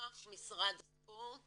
לפיכך משרד הספורט